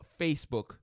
Facebook